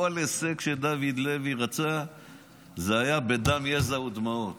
כל הישג שדוד לוי רצה זה היה בדם, יזע ודמעות.